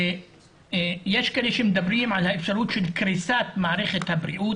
יש מי שמדברים על אפשרות של קריסת מערכת הבריאות,